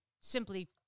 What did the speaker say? simply